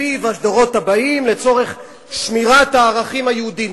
נציב הדורות הבאים לצורך שמירת הערכים היהודים,